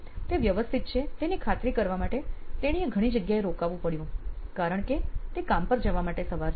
તે વ્યવસ્થિત છે તેની ખાતરી કરવા માટે તેણીએ ઘણી જગ્યાએ રોકાવું પડ્યું કારણ કે તે કામ પર જવા માટે સવાર છે